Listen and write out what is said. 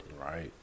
Right